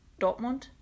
Dortmund